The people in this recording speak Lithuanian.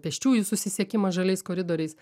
pėsčiųjų susisiekimas žaliais koridoriais